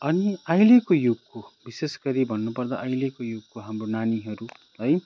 अनि अहिलेको युगको विशेष गरि भन्नुपर्दा अहिलेको युगको हाम्रो नानीहरू है